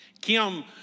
Kim